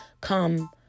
come